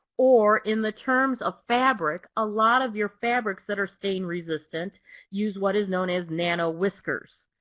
or in the terms of fabric, a lot of your fabrics that are stain resistant use what is known as nano whiskers.